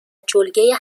جلگه